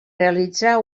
realitzar